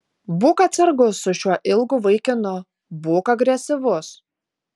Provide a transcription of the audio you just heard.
būk atsargus su šiuo ilgu vaikinu būk agresyvus